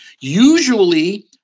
Usually